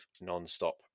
non-stop